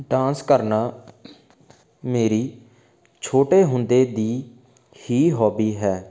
dance ਕਰਨਾ ਮੇਰੀ ਛੋਟੇ ਹੁੰਦੇ ਦੀ ਹੀ ਹੋਬੀ ਹੈ